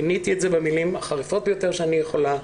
גיניתי את זה במילים החריפות ביותר שאני יכולה,